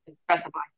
specify